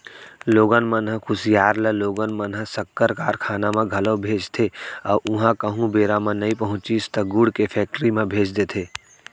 लोगन मन ह कुसियार ल लोगन मन ह सक्कर कारखाना म घलौ भेजथे अउ उहॉं कहूँ बेरा म नइ पहुँचिस त गुड़ के फेक्टरी म भेज देथे